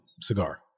cigar